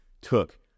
took